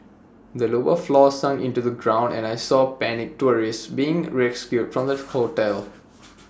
the lower floors sunk into the ground and I saw panicked tourists being rescued from the hotel